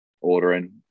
ordering